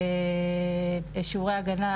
שיעורי הגנה,